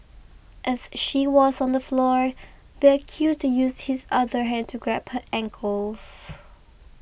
as she was on the floor the accused used his other hand to grab her ankles